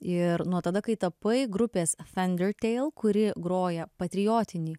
ir nuo tada kai tapai grupės thundertale kuri groja patriotinį